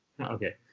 Okay